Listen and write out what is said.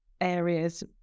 areas